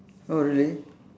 orh really